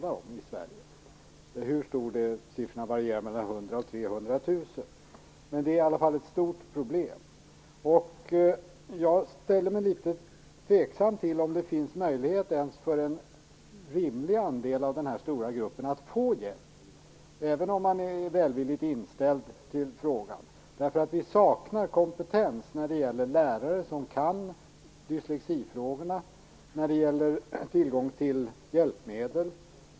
Hur stor den är vet jag inte, men siffrorna varierar mellan 100 000 och 300 000. Det är i alla fall ett stort problem. Jag ställer mig litet tveksam till om det finns möjlighet ens för en rimlig andel av denna stora grupp att få hjälp, även om man är välvilligt inställd i frågan, eftersom det saknas lärare som behärskar dyslexiproblemet och tillgång till hjälpmedel.